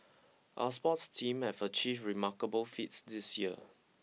our sports teams have achieved remarkable feats this year